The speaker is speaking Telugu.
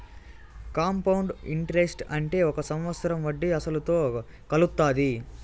కాంపౌండ్ ఇంటరెస్ట్ అంటే ఒక సంవత్సరం వడ్డీ అసలుతో కలుత్తాది